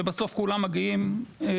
ובסוף, כולם מגיעים לגיור.